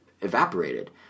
evaporated